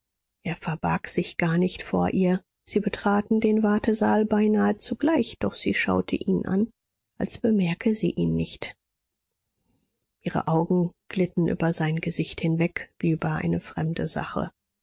er verbarg sich gar nicht vor ihr sie betraten den wartesaal beinahe zugleich doch sie schaute ihn an als bemerke sie ihn nicht ihre augen glitten über sein gesicht hinweg wie über eine fremde sache